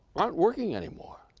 aren't working anymore.